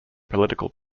political